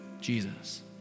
Jesus